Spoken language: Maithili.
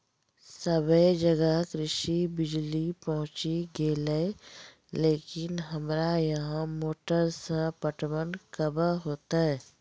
सबे जगह कृषि बिज़ली पहुंची गेलै लेकिन हमरा यहाँ मोटर से पटवन कबे होतय?